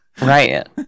Right